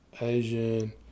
Asian